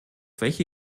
welche